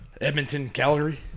Edmonton-Calgary